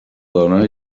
dona